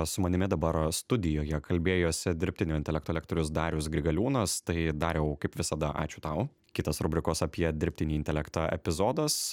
su manimi dabar studijoje kalbėjosi dirbtinio intelekto lektorius darius grigaliūnas tai dariau kaip visada ačiū tau kitas rubrikos apie dirbtinį intelektą epizodas